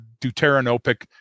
deuteranopic